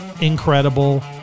incredible